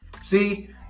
See